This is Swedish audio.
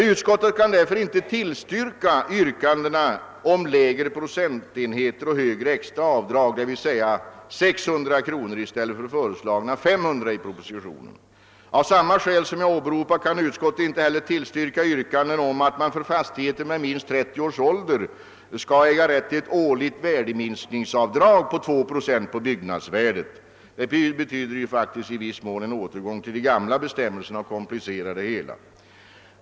Utskottet kan därför inte tillstyrka yrkandena om lägre procentenheter och högre extra avdrag, d.v.s. 600 kr. i stället för föreslagna 500 kr. i propositionen. Av samma skäl som jag åberopat kan utskottet inte heller tillstyrka yrkandet om att man för fastigheter med minst 30 års ålder skall äga rätt till ett årligt värdeminskningsavdrag på 2 procent av byggnadsvärdet. Det skulle betyda en återgång i viss mån till de gamla bestämmelserna och komplicera det hela.